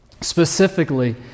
specifically